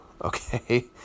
Okay